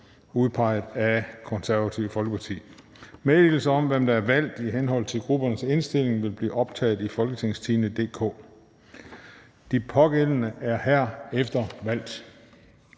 (DF) 11 Jesper Roulund (KF) Meddelelse om, hvem der er valgt i henhold til gruppernes indstilling, vil blive optaget i www.folketingstidende.dk (jf. ovenfor). De pågældende er herefter valgt.